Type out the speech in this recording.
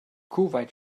kuwait